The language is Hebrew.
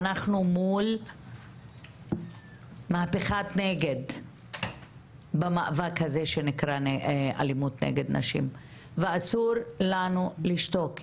אנחנו מול מהפכת נגד במאבק הזה שנקרא אלימות נגד נשים ואסור לנו לשתוק,